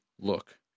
look